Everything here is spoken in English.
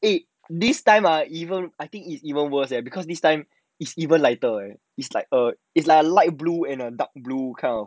eh this time ah even I think it's even worse eh because this time is even lighter eh it's like a it's like light blue and dark blue kind of